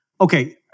Okay